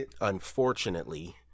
unfortunately